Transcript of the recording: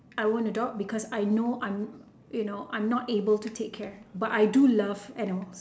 I won't adopt because I know I'm you know I'm not able to take care but I do love animals